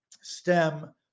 stem